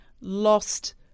lost